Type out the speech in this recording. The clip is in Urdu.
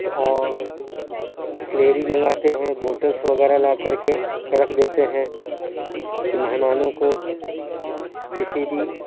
تو اور بسلیری منگاتے ہیں بوٹلس وغیرہ لا کر کے رکھ دیتے ہیں کہ مہمانوں کو کسی بھی